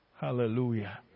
Hallelujah